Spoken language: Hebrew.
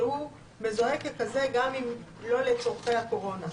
שהוא מזוהה ככזה גם אם לא לצורכי הקורונה.